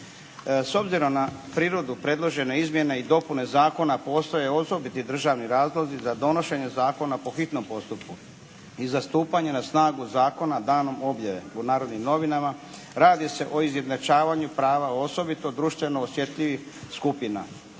S obzirom na prirodu predložene izmjene i dopune zakona postoje osobiti državni razlozi za donošenje zakona po hitnom postupku i za stupanja na snagu zakona danom objave u "Narodnim novinama" radi se o izjednačavanju prava osobito društveno osjetljivih skupina